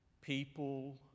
people